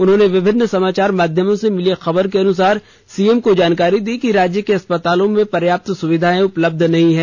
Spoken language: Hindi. उन्होंने विभिन्न समाचार माध्यमों से मिली खबर के अनुसार सीएम को जानकारी दी कि राज्य के अस्पतालों में पर्याप्त सुविधाए उपलब्ध नहीं हैं